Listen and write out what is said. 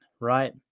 Right